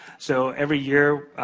so, every year,